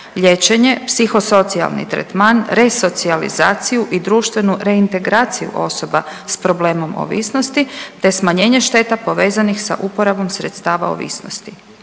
liječenje, psihosocijalni tretman, resocijalizaciju i društvenu reintegraciju osoba s problemom ovisnosti te smanjenje šteta povezanih sa uporabom sredstava ovisnosti.